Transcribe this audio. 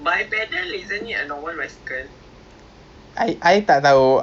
or marrybrown or or or we can just go ce la vi eat aspirasi mah